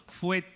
fue